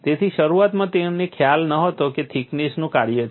તેથી શરૂઆતમાં તેમને ખ્યાલ નહોતો કે તે થિકનેસનું કાર્ય છે